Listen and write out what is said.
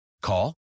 Call